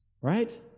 Right